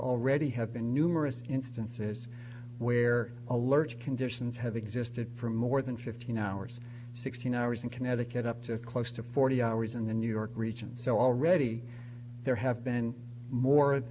already have been numerous instances where alerts conditions have existed for more than fifteen hours sixteen hours in connecticut up to close to forty hours in the new york region so already there have been more